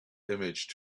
image